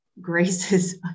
graces